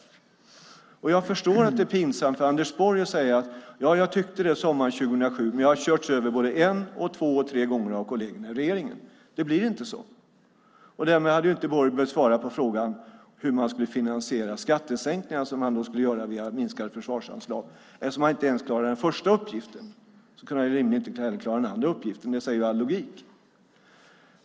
Jag förstår att det är pinsamt för Anders Borg att säga: Jag tyckte det sommaren 2007, men jag har körts över både en och två gånger av kollegerna i regeringen. Det blir inte så. Därmed hade Borg inte behövt besvara frågan hur han skulle finansiera skattesänkningar som han skulle göra via minskade försvarsanslag. Eftersom han inte ens klarade den första uppgiften kunde han rimligen inte heller klara den andra uppgiften, det säger all logik.